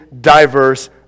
diverse